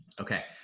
Okay